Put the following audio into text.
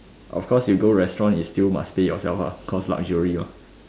of course you go restaurant you still must pay yourself lah cos like luxury mah